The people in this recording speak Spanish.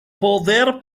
poder